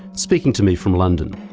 speaking to me from london.